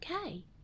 okay